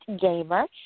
Gamer